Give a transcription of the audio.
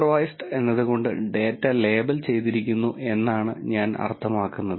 supervised എന്നതുകൊണ്ട് data label ചെയ്തിരിക്കുന്നു എന്നാണ് ഞാൻ അർത്ഥമാക്കുന്നത്